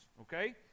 okay